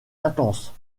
intense